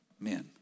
men